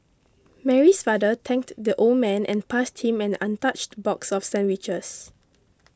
Mary's father thanked the old man and passed him an untouched box of sandwiches